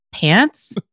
pants